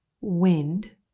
wind